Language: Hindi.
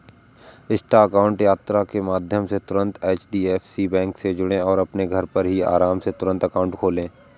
इंस्टा अकाउंट यात्रा के माध्यम से तुरंत एच.डी.एफ.सी बैंक से जुड़ें और अपने घर पर ही आराम से तुरंत अकाउंट खोले